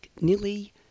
nearly